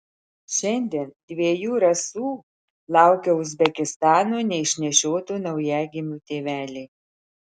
šiandien dviejų rasų laukia uzbekistano neišnešiotų naujagimių tėveliai